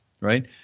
right